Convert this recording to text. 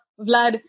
Vlad